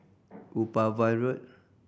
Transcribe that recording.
Upavon Road